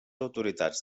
autoritats